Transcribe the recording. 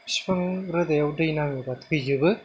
बिफां रोदायाव दै नाङोबा थैजोबो